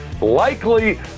Likely